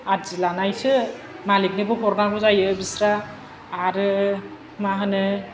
आदि लानायसो मालिगनोबो हरनांगौ जायो बिस्रा आरो मा होनो